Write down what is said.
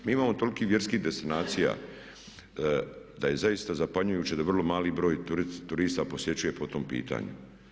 Mi imamo toliko vjerskih destinacija da je zaista zapanjujuće da vrlo mali broj turista ih posjećuje po tom pitanju.